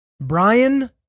Brian